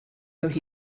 though